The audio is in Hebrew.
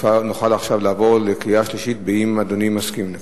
אנחנו נוכל לעבור עכשיו לקריאה שלישית באם אדוני מסכים לכך.